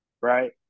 right